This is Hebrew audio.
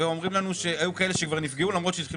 אומרים לנו שהיו כאלה שכבר נפגעו.